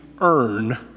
earn